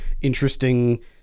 interesting